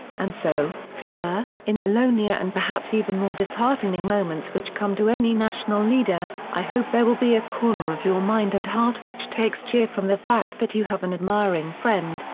and so, sir, in the lonelier and perhaps even more disheartening moments which come to any national leader, i hope there will be a corner of your mind and heart which takes cheer from the fact that you have an admiring friend,